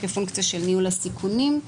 כפונקציה של ניהול הסיכונים,